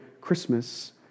Christmas